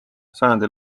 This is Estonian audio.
sajandi